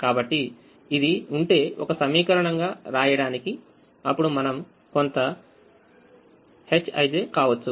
కాబట్టిఇది ఉంటేఒక సమీకరణం గా వ్రాయడానికిఅప్పుడు మనం కొంత Hij కావచ్చు